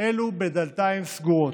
אלו בדלתיים סגורות.